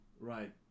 right